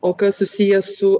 o kas susiję su